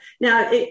Now